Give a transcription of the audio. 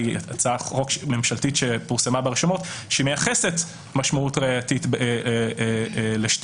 הצעת חוק ממשלתית שפורסמה ברשומות שמייחסת משמעות ראייתית לשתיקה.